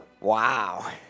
Wow